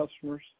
customers